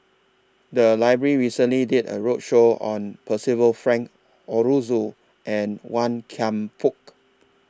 The Library recently did A roadshow on Percival Frank Aroozoo and Wan Kam Fook